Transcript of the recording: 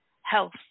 health